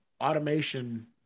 Automation